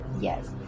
Yes